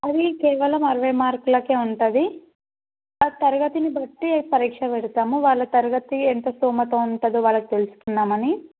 అది కేవలం అరవై మార్కులకే ఉంటుంది ఆ తరగతిని బట్టి పరీక్ష పెడతాము వాళ్ళ తరగతి ఎంత స్థోమత ఉంటుందో వాళ్ళకు తెలుసుకుందాం అని